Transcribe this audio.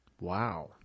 Wow